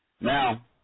now